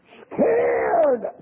scared